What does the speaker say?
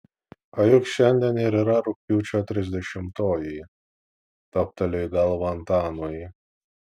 o juk šiandien ir yra rugpjūčio trisdešimtoji toptelėjo į galvą antanui